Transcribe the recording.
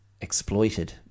exploited